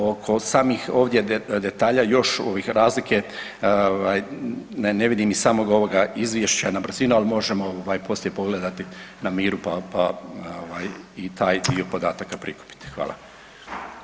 Oko samih ovdje detalja još razlike ne vidim iz samog ovog izvješća na brzinu ali možemo poslije pogledati na miru pa i taj dio podataka prikupiti.